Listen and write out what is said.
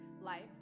life